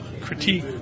critique